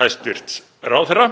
hæstv. ráðherra?